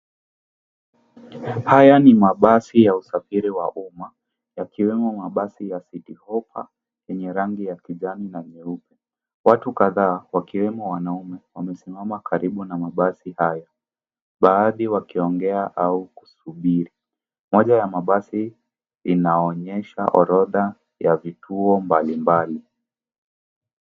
Haya ni mabasi ya usafiri wa umma, yakiwemo mabasi ya Cityhopper yenye rangi ya kijani na nyeupe. Watu kadhaa wakiwemo wanaume wamesimama karibu na mabasi hayo. Baadhi wakiongea au kuhubiri. Moja ya mabasi inaonyesha orodha ya vituo mbalimbali.